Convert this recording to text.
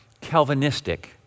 Calvinistic